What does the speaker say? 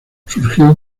surgió